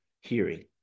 hearing